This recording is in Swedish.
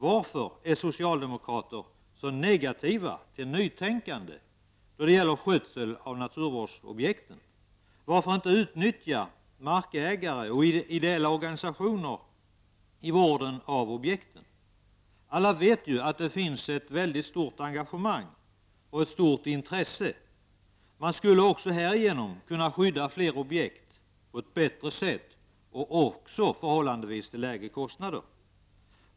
Varför är socialdemokrater så negativa till nytänkande då det gäller skötseln av naturvårdsobjekt? Varför inte utnyttja markägare och ideella organisationer i vården av objekten? Alla vet ju att det finns ett mycket stort engagemang och ett stort intresse. Man skulle härigenom också kunna skydda fler objekt på ett bättre sätt och även till förhållandevis lägre kostnader.